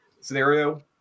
scenario